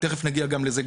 תכף נגיע גם לזה,